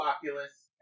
Oculus